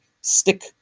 stick